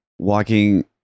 Walking